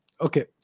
okay